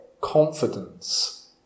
confidence